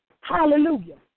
hallelujah